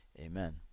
Amen